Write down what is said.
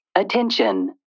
Attention